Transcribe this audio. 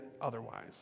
otherwise